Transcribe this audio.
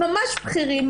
ממש בכירים,